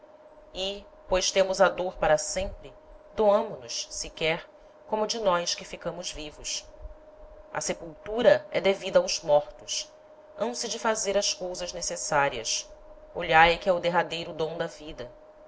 e pois temos a dôr para sempre doâmo nos sequer como de nós que ficamos vivos a sepultura é devida aos mortos hão se de fazer as cousas necessarias olhai que é o derradeiro dom da vida